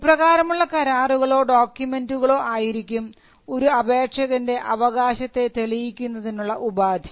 ഇപ്രകാരമുള്ള കരാറുകളോ ഡോക്യുമെൻറുകളോ ആയിരിക്കും ഒരു അപേക്ഷകൻറെ അവകാശത്തെ തെളിയിക്കുന്നതിനുള്ള ഉപാധി